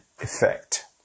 effect